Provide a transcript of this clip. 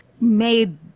made